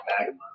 magma